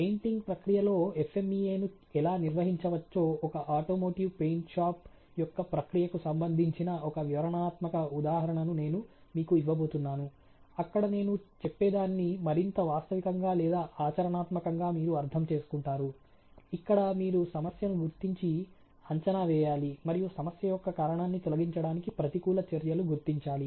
painting ప్రక్రియలో FMEA ను ఎలా నిర్వహించవచ్చో ఒక ఆటోమోటివ్ పెయింట్ షాప్ యొక్క ప్రక్రియకు సంబంధించిన ఒక వివరణాత్మక ఉదాహరణను నేను మీకు ఇవ్వబోతున్నాను అక్కడ నేను చెప్పేదాన్ని మరింత వాస్తవికంగా లేదా ఆచరణాత్మకంగా మీరు అర్థం చేసుకుంటారు ఇక్కడ మీరు సమస్యను గుర్తించి అంచనా వేయాలి మరియు సమస్య యొక్క కారణాన్ని తొలగించడానికి ప్రతికూల చర్యలు గుర్తించాలి